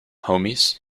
homies